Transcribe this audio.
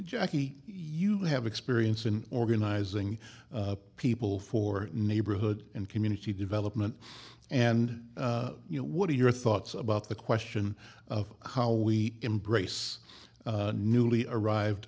jackie you have experience in organizing people for neighborhood and community development and you know what are your thoughts about the question of how we embrace newly arrived